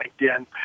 LinkedIn